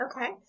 Okay